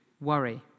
worry